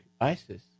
ISIS